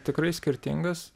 tikrai skirtingas